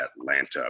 Atlanta